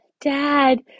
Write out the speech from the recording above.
dad